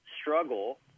struggle